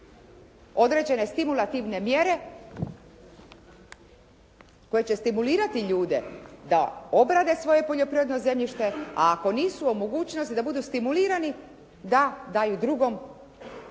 određene stimulativne mjere koje će stimulirati ljude da obrade svoje poljoprivredno zemljište, a ako nisu u mogućnosti da budu stimulirani da daju drugom u